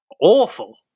Awful